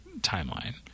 timeline